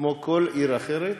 כמו בכל עיר אחרת.